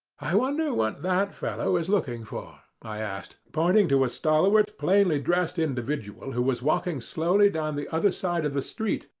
i wonder what that fellow is looking for? i asked, pointing to a stalwart, plainly-dressed individual who was walking slowly down the other side of the street,